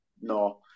no